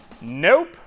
Nope